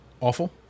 awful